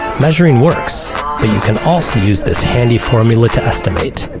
measuring works, and you can also use this handy formula to estimate.